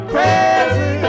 Crazy